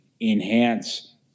enhance